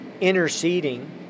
interceding